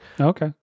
Okay